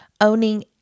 owning